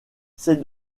c’est